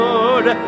Lord